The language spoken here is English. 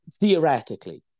theoretically